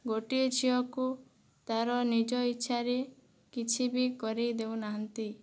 ଗୋଟିଏ ଝିଅକୁ ତାର ନିଜ ଇଚ୍ଛାରେ କିଛିବି କରେଇ ଦେଉନାହାନ୍ତି